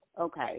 Okay